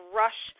rush